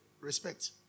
respect